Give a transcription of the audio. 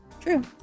True